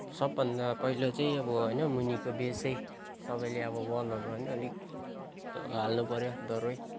अब सबभन्दा पहिलो चाहिँ अब होइन मुनिको बेसै सबैले अब वालहरू होइन अलिक हाल्नु पऱ्यो दह्रो नै